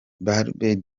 barbie